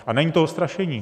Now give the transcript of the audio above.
A není to strašení.